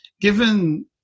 Given